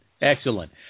excellent